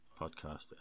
podcast